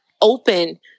open